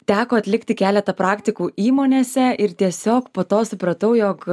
teko atlikti keletą praktikų įmonėse ir tiesiog po to supratau jog